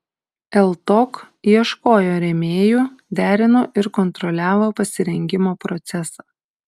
ltok ieškojo rėmėjų derino ir kontroliavo pasirengimo procesą